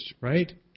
right